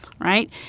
Right